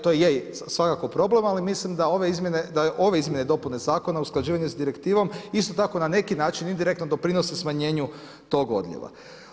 To je svakako problem ali mislim da ove izmjene i dopune zakona, usklađivanje s direktivom, isto tako na neki način indirektno doprinose smanjenju tog odljeva.